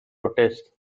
protests